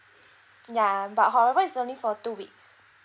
ya but however it's only for two weeks